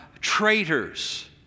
traitors